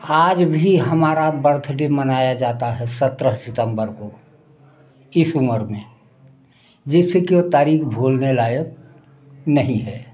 आज भी हमारा बर्थ डे मनाया जाता है सत्रर सितम्बर को इस उमर में जिस के तारीख भूलने लायक नहीं है